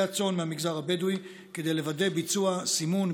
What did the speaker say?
הצאן מהמגזר הבדואי כדי לוודא ביצוע סימון,